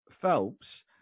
Phelps